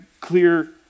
clear